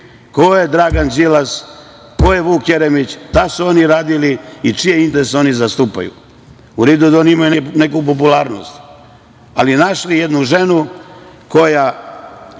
ko je Dragan Đilas, ko je Vuk Jeremić, šta su oni radili i čije interese oni zastupaju. U redu da oni imaju neku popularnost, ali našli jednu ženu koja